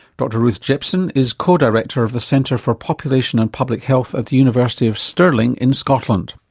dr ruth jepson is co-director of the centre for population and public health at the university of stirling in scotland.